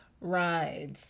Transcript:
rides